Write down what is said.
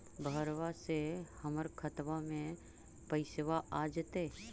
बहरबा से हमर खातबा में पैसाबा आ जैतय?